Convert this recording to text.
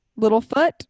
Littlefoot